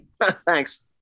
Thanks